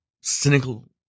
cynical